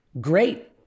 Great